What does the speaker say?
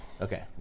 Okay